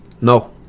No